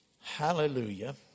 Hallelujah